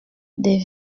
des